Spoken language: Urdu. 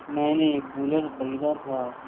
میں نے کولر خریدا تھا